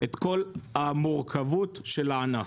את כל המורכבות של הענף.